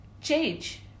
change